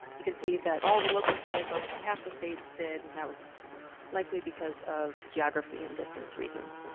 you can see that all the local did, but only half the states did, and that was likely because of geography and distance reasons.